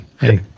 Hey